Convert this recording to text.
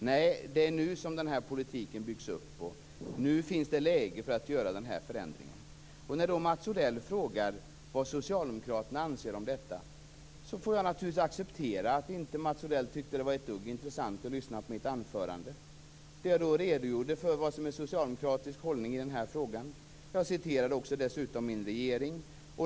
Nej, det är nu som politiken byggs upp, och nu finns det läge att göra den här förändringen. När nu Mats Odell frågar vad socialdemokraterna anser om detta får jag naturligtvis acceptera att Mats Odell inte tyckte att det var ett dugg intressant att lyssna på mitt anförande, där jag redogjorde för vad som är socialdemokratisk hållning i den här frågan. Jag citerade dessutom regeringen.